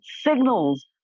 signals